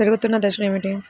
పెరుగుతున్న దశలు ఏమిటి?